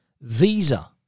Visa